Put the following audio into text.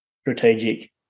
strategic